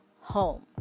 home